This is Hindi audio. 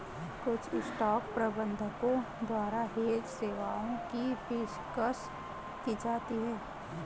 कुछ स्टॉक प्रबंधकों द्वारा हेज सेवाओं की पेशकश की जाती हैं